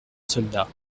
soldats